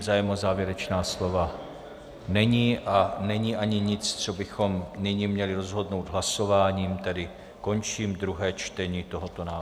Zájem o závěrečná slova není a není ani nic, co bychom nyní měli rozhodnout hlasováním, tedy končím druhé čtení tohoto návrhu.